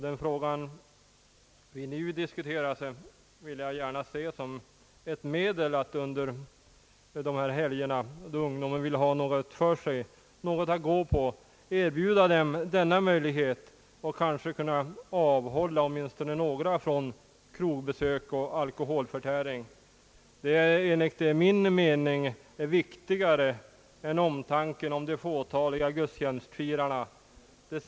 Den fråga som vi nu diskuterar vill jag gärna se som ett medel att under dessa helger, då ungdomen vill ha någonting att gå på, erbjuda denna möjlighet och kanske kunna avhålla åtminstone några från krogbesök och alkoholförtäring. Det är enligt min mening viktigare än omtanken om de fåtaliga gudstjänstfirarna.